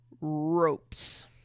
ropes